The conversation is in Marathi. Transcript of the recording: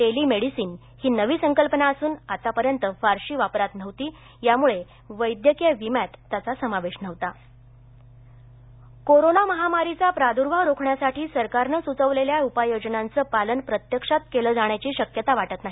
टेलिमेडिसिन ही नवी संकल्पना असून आत्तापर्यंत फारशी वापरात नव्हती त्यामुळं वैद्यकीय विम्यात त्याचा समावेश नव्हता शिक्षण संस्था मागणी कोरोना महामारीचा प्रादुर्भाव रोखण्यासाठी सरकारने सुचविलेल्या उपाय योजनांचे पालन प्रत्यक्षात केलं जाण्याची शक्यता वाटत नाही